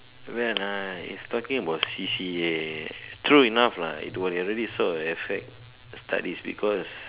well I if talking about C_C_A true enough lah will really so affect studies because